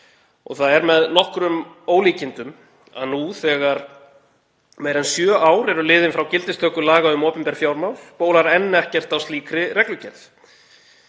Það er með nokkrum ólíkindum að nú, þegar meira en sjö ár eru liðin frá gildistöku laga um opinber fjármál, bólar enn ekkert á slíkri reglugerð.